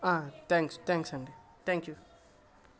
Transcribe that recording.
thanks thanks అండి thank you